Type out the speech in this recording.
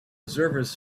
observers